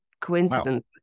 coincidence